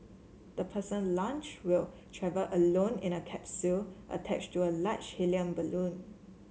the person launched will travel alone in a capsule attached to a large helium balloon